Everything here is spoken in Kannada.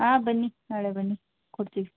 ಹಾಂ ಬನ್ನಿ ನಾಳೆ ಬನ್ನಿ ಕೊಡ್ತೀವಿ